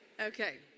Okay